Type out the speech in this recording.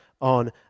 on